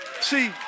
see